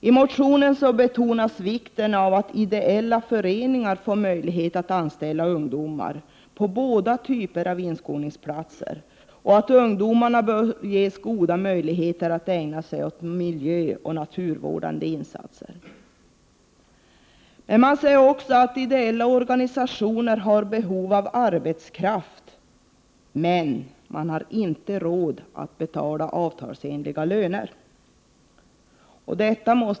I motionen betonas vikten av att ideella föreningar får möjlighet att anställa ungdomar på både avtalade och särskilda inskolningsplatser, och att ungdomarna bör ges goda möjligheter att ägna sig åt miljöoch naturvårdande insatser. Men man säger också att ideella organisationer har behov av arbetskraft men inte råd att betala avtalsenliga löner.